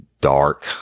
dark